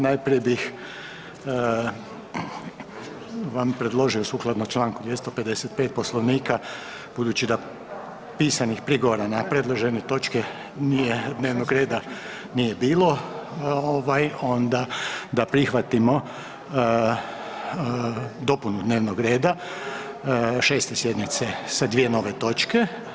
Najprije bih vam predložio sukladno čl. 255 Poslovnika, budući da pisanih prigovora na predložene točke nije, dnevnog reda nije bilo, onda da prihvatimo dopunu dnevnog reda 6. sjednice sa 2 nove točke.